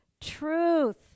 Truth